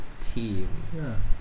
team